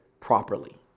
properly